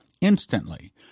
Instantly